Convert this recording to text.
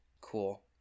Cool